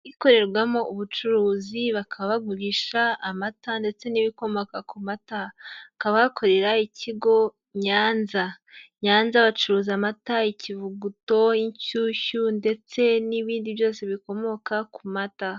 Ikorerwamo ubucuruzi, bakaba bagurisha amata ndetse n'ibikomoka ku mata, bakaba bakorera ikigo Nyanza, Nyanza bacuruza amata, ikivuguto, inshyushyu ndetse n'ibindi byose bikomoka ku mata.